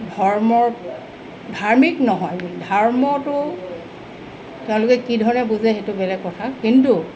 ধৰ্ম ধাৰ্মিক নহয় ধৰ্মটো তেওঁলোকে কি ধৰণে বুজে সেইটো বেলেগ কথা কিন্তু